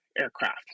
aircraft